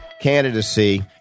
candidacy